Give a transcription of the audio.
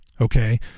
okay